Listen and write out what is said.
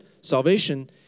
salvation